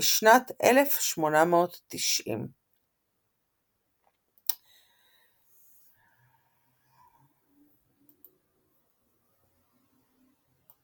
בשנת 1890. נעוריו נעוריו בשנת 1906,